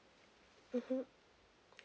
mmhmm